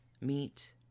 meet